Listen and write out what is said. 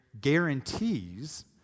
guarantees